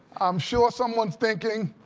i'm sure someone is thinking,